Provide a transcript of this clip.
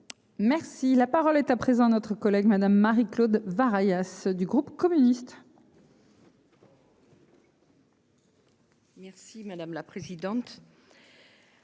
Merci la parole est à présent notre collègue Madame Marie-Claude var alias du groupe communiste. Merci madame la présidente.